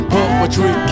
Poetry